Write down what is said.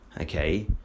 okay